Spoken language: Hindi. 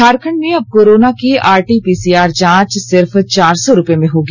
झारखंड में अब कोरोना की आरटीपीसीआर जांच सिर्फ चार सौ रूपये में होगी